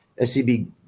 SCB